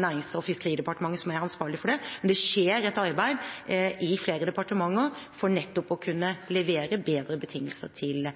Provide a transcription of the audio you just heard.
Nærings- og fiskeridepartementet som er ansvarlig for det. Men det skjer et arbeid i flere departementer for nettopp å kunne levere bedre betingelser til